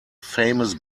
famous